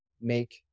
make